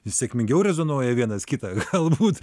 sėkmingiau rezonuoja vienas kitą galbūt